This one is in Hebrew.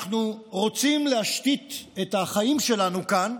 אנחנו רוצים להשתית את החיים שלנו כאן,